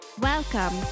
Welcome